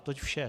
Toť vše.